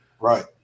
Right